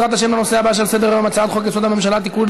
בעזרת השם לנושא הבא שעל סדר-היום: הצעת חוק-יסוד: הממשלה (תיקון,